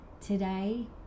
Today